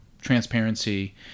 transparency